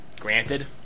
Granted